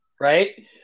Right